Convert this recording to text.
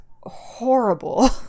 horrible